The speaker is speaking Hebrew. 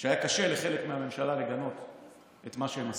שהיה קשה לחלק מהממשלה לגנות את מה שהם עשו.